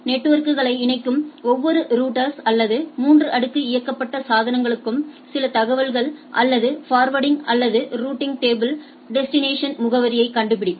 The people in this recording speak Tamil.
நெட்வொர்க்களை இணைக்கும் ஒவ்வொரு ரௌட்டர்ஸ் அல்லது 3 அடுக்கு இயக்கப்பட்ட சாதனங்களுக்கும் சில தகவல்கள் அல்லது ஃபர்வேர்டிங் அல்லது ரூட்டிங்டேபிள் டெஸ்டினேஷன் முகவரியை கண்டுபிடிக்கும்